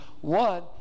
One